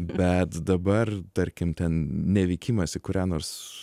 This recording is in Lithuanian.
bet dabar tarkim ten nevykimas į kurią nors